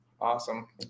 Awesome